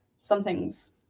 something's